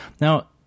Now